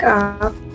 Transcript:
up